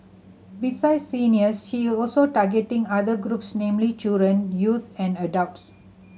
beside seniors she also targeting other groups namely children youth and adults